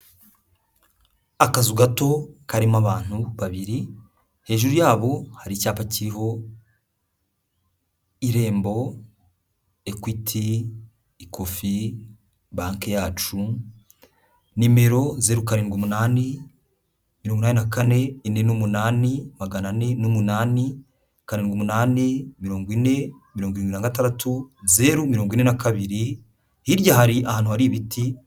Akazu gato karimo abantu babiri, hejuru yabo hari icyapa kiho irembo, Ekwiti, ikofi, banki yacu, nimero zeru karindwi, umunani, mirongo inani na kane ine numunani, magana ane n'umunani, karindwi umunani mirongo ine, mirongo irindwi na gatandatu zeru mirongo ine na kabiri, hirya hari ahantu hari ibiti.